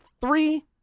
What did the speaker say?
three